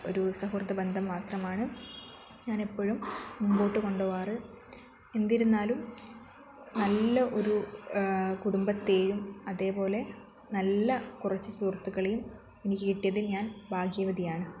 ഒരു സുഹൃത്ത് ബന്ധം മാത്രമാണ് ഞാൻ എപ്പോഴും മുൻപോട്ട് കൊണ്ടു പോവാറ് എന്നിരുന്നാലും നല്ല ഒരു കുടുംബത്തേയും അതേപോലെ നല്ല കുറച്ച് സുഹൃത്തുക്കളെയും എനിക്ക് കിട്ടിയതിൽ ഞാൻ ഭാഗ്യവതിയാണ്